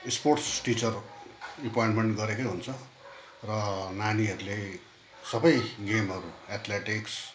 sports teacher appointment गरेकै हुन्छ र नानीहरूले सबै गेमहरू एथलेटिक्स